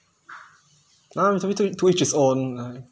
nah it's between to each his own right